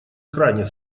крайне